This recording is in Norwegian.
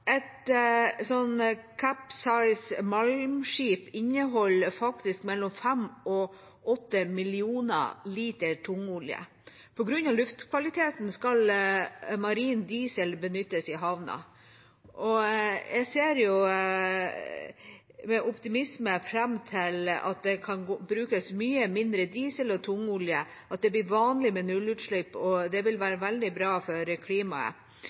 Et Capesize malmskip inneholder faktisk mellom 5 og 8 millioner liter tungolje. På grunn av luftkvaliteten skal marin diesel benyttes i havna. Jeg ser med optimisme fram til at det kan brukes mye mindre diesel og tungolje, at det blir vanlig med nullutslipp. Det vil være veldig bra for klimaet,